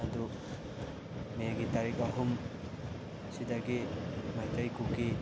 ꯑꯗꯨ ꯃꯦꯒꯤ ꯇꯥꯔꯤꯛ ꯑꯍꯨꯝ ꯑꯁꯤꯗꯒꯤ ꯃꯩꯇꯩ ꯀꯨꯀꯤ